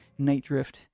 NightDrift